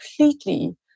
completely